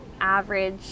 average